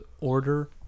order